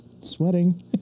Sweating